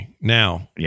Now